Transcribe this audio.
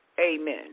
amen